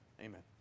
Amen